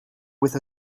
with